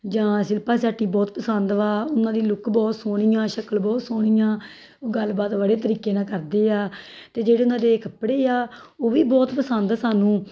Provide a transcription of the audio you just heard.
ਜਾਂ ਸ਼ਿਲਪਾ ਸ਼ੈਟੀ ਬਹੁਤ ਪਸੰਦ ਵਾ ਉਹਨਾਂ ਦੀ ਲੁੱਕ ਬਹੁਤ ਸੋਹਣੀ ਆ ਸ਼ਕਲ ਬਹੁਤ ਸੋਹਣੀ ਆ ਉਹ ਗੱਲਬਾਤ ਬੜੇ ਤਰੀਕੇ ਨਾਲ ਕਰਦੇ ਆ ਅਤੇ ਜਿਹੜੇ ਉਹਨਾਂ ਦੇ ਕੱਪੜੇ ਆ ਉਹ ਵੀ ਬਹੁਤ ਪਸੰਦ ਸਾਨੂੰ